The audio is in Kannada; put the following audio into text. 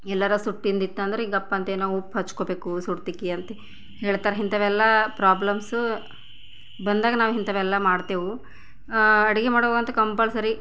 ಎಲ್ಲರ ಸುಟ್ಟಿದ್ದು ಇತ್ತಂದ್ರೆ ಈಗ ಗಪ್ ಅಂತ ಏನೋ ಉಪ್ಪು ಹಚ್ಕೊಬೇಕು ಸುಡ್ತಿಕೆ ಅಂತ ಹೇಳ್ತಾರ ಇಂಥವೆಲ್ಲ ಪ್ರೊಬ್ಲೆಮ್ಸು ಬಂದಾಗ ನಾವು ಇಂಥವೆಲ್ಲ ಮಾಡ್ತೇವು ಅಡುಗೆ ಮಾಡವಂತ ಕಂಪಲ್ಸರಿ